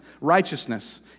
righteousness